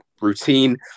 routine